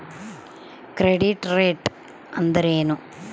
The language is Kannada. ಕ್ರೆಡಿಟ್ ರೇಟ್ ಅಂದರೆ ಏನು?